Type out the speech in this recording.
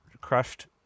crushed